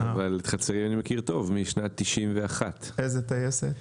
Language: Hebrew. אבל את חצרים אי מכיר שוב משנת 91'. איזו טייסת?